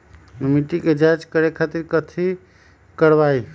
मिट्टी के जाँच करे खातिर कैथी करवाई?